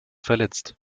verletzt